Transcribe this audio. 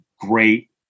great